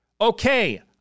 okay